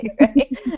right